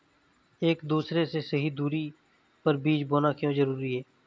एक दूसरे से सही दूरी पर बीज बोना क्यों जरूरी है?